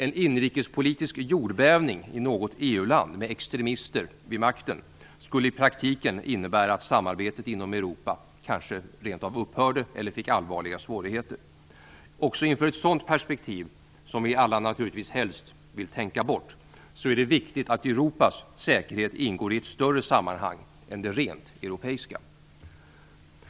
En inrikespolitisk jordbävning i något EU-land med extremister vid makten skulle i praktiken innebär att samarbetet inom Europa kanske upphörde eller fick allvarliga svårigheter. Också inför ett sådant perspektiv, som vi alla naturligtvis helst vill tänka bort, är det viktigt att Europas säkerhet ingår i ett större sammanhang än det rent europeiska.